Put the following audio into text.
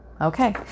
Okay